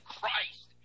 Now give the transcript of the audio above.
Christ